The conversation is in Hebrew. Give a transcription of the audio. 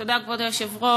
תודה, כבוד היושב-ראש.